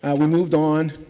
and we moved on.